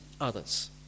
others